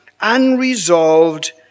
Unresolved